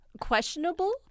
questionable